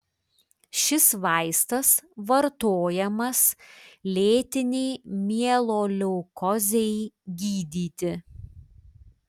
šis vaistas vartojamas lėtinei mieloleukozei gydyti